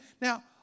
Now